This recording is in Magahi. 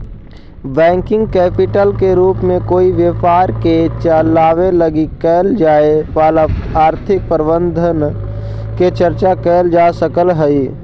वर्किंग कैपिटल के रूप में कोई व्यापार के चलावे लगी कैल जाए वाला आर्थिक प्रबंधन के चर्चा कैल जा सकऽ हई